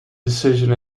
decision